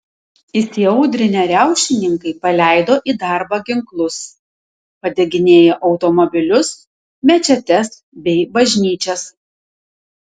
įsiaudrinę riaušininkai paleido į darbą ginklus padeginėjo automobilius mečetes bei bažnyčias